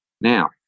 Now